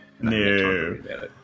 No